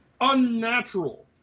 unnatural